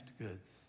goods